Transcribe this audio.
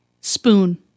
Spoon